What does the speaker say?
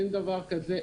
אין דבר כזה,